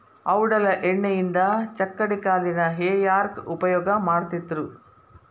ಔಡಲ ಎಣ್ಣಿಯಿಂದ ಚಕ್ಕಡಿಗಾಲಿನ ಹೇರ್ಯಾಕ್ ಉಪಯೋಗ ಮಾಡತ್ತಿದ್ರು